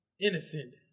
innocent